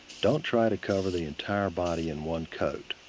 don't try to cover the entire body in one coat.